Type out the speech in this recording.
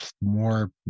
more